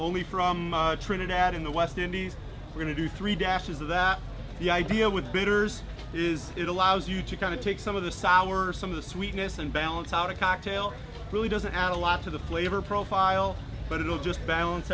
only from trinidad in the west indies going to do three dashes of that the idea with bidders is it allows you to kind of take some of the sour some of the sweetness and balance out a cocktail really doesn't add a lot to the flavor profile but it'll just balance